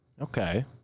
Okay